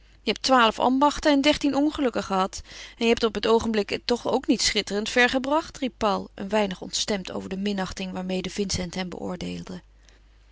je hebt twaalf ambachten en dertien ongelukken gehad en je hebt op het oogenblik het toch ook niet schitterend ver gebracht riep paul een weinig ontstemd over de minachting waarmede vincent hem beoordeelde